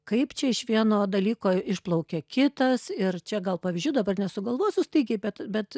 kaip čia iš vieno dalyko išplaukia kitas ir čia gal pavyzdžių dabar nesugalvosiu staigiai bet bet